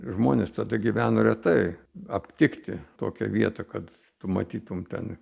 žmonės tada gyveno retai aptikti tokią vietą kad tu matytum ten